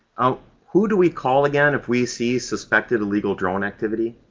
ah who do we call again if we see suspected illegal drone activity?